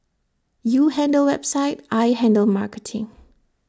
you handle website I handle marketing